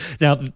Now